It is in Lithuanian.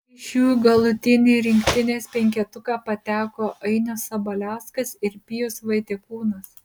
iš jų į galutinį rinktinės penketuką pateko ainius sabaliauskas ir pijus vaitiekūnas